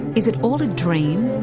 is it all a dream,